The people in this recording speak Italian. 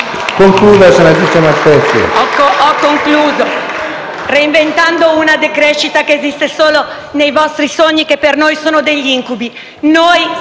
Ho concluso. Reinventando una decrescita che esiste solo nei vostri sogni, che per noi sono degli incubi.